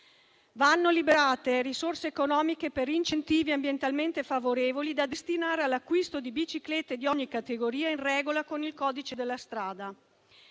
Vanno liberate risorse economiche per incentivi ambientalmente favorevoli da destinare all'acquisto di biciclette di ogni categoria in regola con il codice della strada.